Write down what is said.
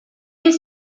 his